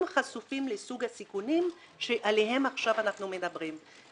חשופים לסוג הסיכונים שעליהם עכשיו אנחנו מדברים.